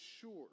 sure